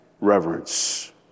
reverence